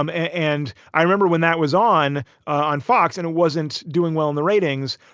um and i remember when that was on on fox and it wasn't doing well in the ratings.